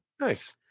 nice